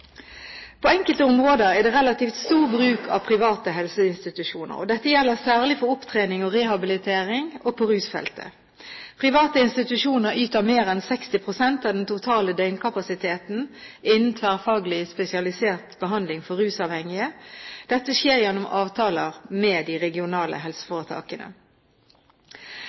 På enkelte områder er det relativt stor bruk av private helseinstitusjoner. Dette gjelder særlig for opptrening og rehabilitering og på rusfeltet. Private institusjoner yter mer enn 60 pst. av den totale døgnkapasiteten innen tverrfaglig spesialisert behandling for rusmiddelavhengige. Dette skjer gjennom avtaler med de regionale helseforetakene.